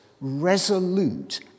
resolute